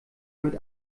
mit